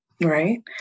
Right